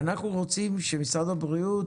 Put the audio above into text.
אנחנו רוצים שמשרד הבריאות,